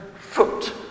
foot